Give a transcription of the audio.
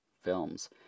films